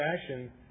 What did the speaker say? action